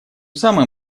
самым